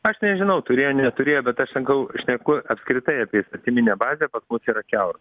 aš nežinau turėjo neturėjo bet aš sankau šneku apskritai apie įstatyminę bazę pas mus yra kiaura